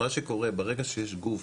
ברגע שיש גוף